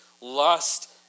lust